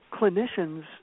clinicians